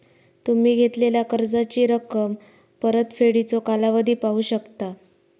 तुम्ही घेतलेला कर्जाची रक्कम, परतफेडीचो कालावधी पाहू शकता